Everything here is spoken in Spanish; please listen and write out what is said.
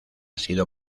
sido